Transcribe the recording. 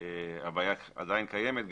הבעיה עדיין קיימת,